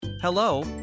Hello